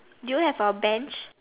do you have a bench